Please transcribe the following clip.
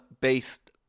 based